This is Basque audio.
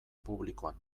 publikoan